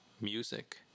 music